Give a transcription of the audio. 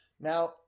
Now